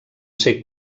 ser